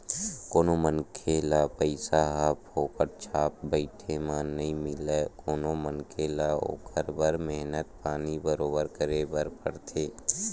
कोनो मनखे ल पइसा ह फोकट छाप बइठे म नइ मिलय कोनो मनखे ल ओखर बर मेहनत पानी बरोबर करे बर परथे